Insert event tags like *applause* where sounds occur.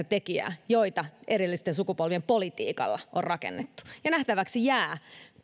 *unintelligible* tekijää joita edellisten sukupolvien politiikalla on rakennettu nähtäväksi jää *unintelligible*